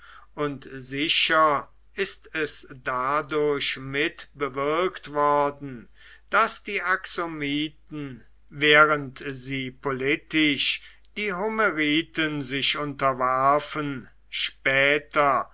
und sicher ist es dadurch mit bewirkt worden daß die axomiten während sie politisch die homeriten sich unterwarfen später